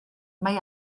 mae